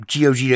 GOG